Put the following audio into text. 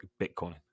Bitcoin